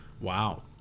Wow